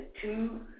two